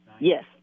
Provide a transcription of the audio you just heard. Yes